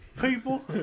people